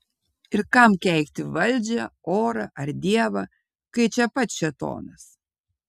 ir kam keikti valdžią orą ar dievą kai čia pat šėtonas